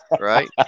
Right